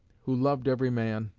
who loved every man,